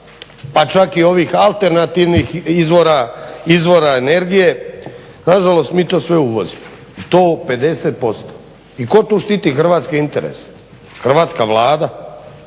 pa čak i ovih alternativnih izvora energije. Nažalost, mi to sve uvozimo, to 50%. I tko tu štiti hrvatske interese? Hrvatska vlada?